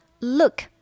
look